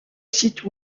site